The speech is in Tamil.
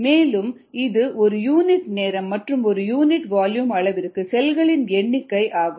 மேலும் இது ஒரு யூனிட் நேரம் மற்றும் ஒரு யூனிட் வால்யூம் அளவிற்கு செல்களின் எண்ணிக்கை ஆகும்